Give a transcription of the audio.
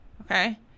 okay